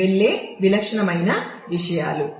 వెళ్లే విలక్షణమైన విషయాలు